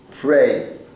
pray